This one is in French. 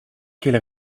quelle